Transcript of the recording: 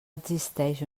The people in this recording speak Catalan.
existeix